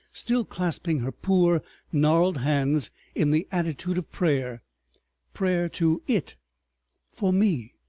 still clasping her poor gnarled hands in the attitude of prayer prayer to it for me!